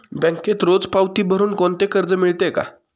बँकेत रोज पावती भरुन कोणते कर्ज मिळते का?